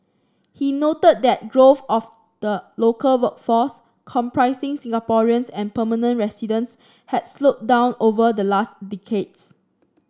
he noted that growth of the local workforce comprising Singaporeans and permanent residents had slowed down over the last decades